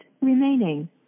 remaining